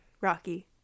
Rocky